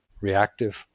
reactive